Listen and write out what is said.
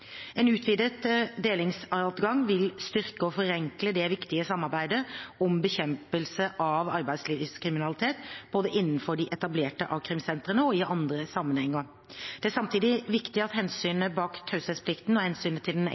En utvidet delingsadgang vil styrke og forenkle det viktige samarbeidet om bekjempelse av arbeidslivskriminalitet, både innenfor de etablerte a-krimsentrene og i andre sammenhenger. Det er samtidig viktig at hensynet bak taushetsplikten og hensynet til den